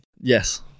Yes